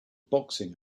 boxing